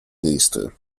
действия